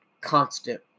constant